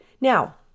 Now